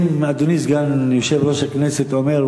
אם אדוני סגן יושב-ראש הכנסת אומר,